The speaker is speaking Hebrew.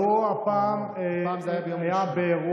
הפעם זה היה ביום ראשון.